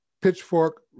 pitchfork